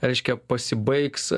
reiškia pasibaigs